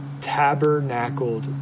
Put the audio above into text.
tabernacled